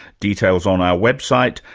details on our website.